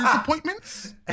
appointments